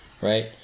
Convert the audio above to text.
right